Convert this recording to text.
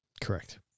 Correct